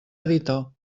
editor